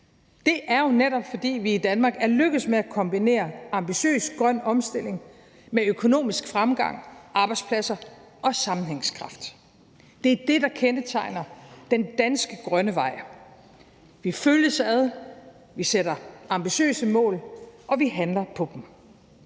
Det er jo netop, fordi vi i Danmark er lykkedes med at kombinere ambitiøs grøn omstilling med økonomisk fremgang, arbejdspladser og sammenhængskraft. Det er det, der kendetegner den danske grønne vej. Vi følges ad, vi sætter ambitiøse mål, og vi handler på dem.